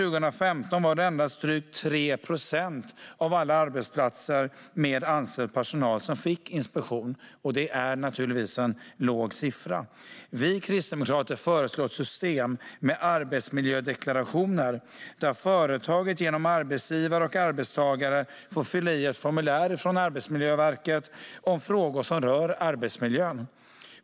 Under 2015 var det endast drygt 3 procent av alla arbetsplatser med anställd personal som fick inspektion, och det är en låg siffra. Vi kristdemokrater föreslår ett system med arbetsmiljödeklarationer där företaget genom arbetsgivare och arbetstagare får fylla i ett formulär från Arbetsmiljöverket om frågor som rör arbetsmiljön.